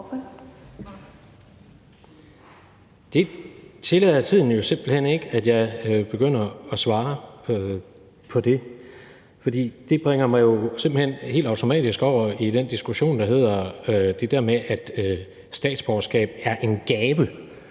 Det tillader tiden jo simpelt hen ikke at jeg begynder at svare på. For det bringer mig jo helt automatisk over i den diskussion, der handler om det der med, at statsborgerskab er en gave,